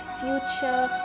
future